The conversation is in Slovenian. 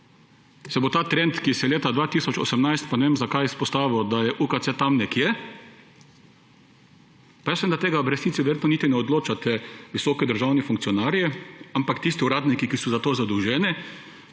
se bo ta trend, ki se leta 2018 – pa ne vem, zakaj – izpostavil, da je UKC tam nekje, jaz vem, da tega v resnici niti ne odločate visoki državni funkcionarji, ampak tisti uradniki, ki so za to zadolženi,